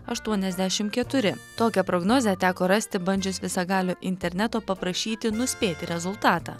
aštuoniasdešimt keturi tokią prognozę teko rasti bandžius visagalio interneto paprašyti nuspėti rezultatą